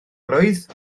blwydd